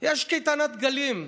זה דבר חיצוני,